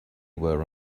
were